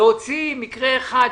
להוציא מקרה אחד,